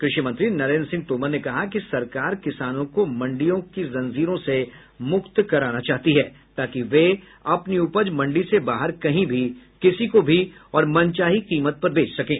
कृषि मंत्री नरेन्द्र सिंह तोमर ने कहा कि सरकार किसानों को मंडियों की जंजीरों से मुक्त कराना चाहती है ताकि वे अपनी उपज मंडी से बाहर कहीं भी किसी को भी और मनचाही कीमत पर बेच सकें